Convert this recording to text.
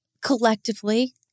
collectively